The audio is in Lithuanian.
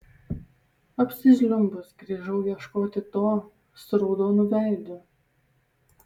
apsižliumbus grįžau ieškoti to su raudonu veidu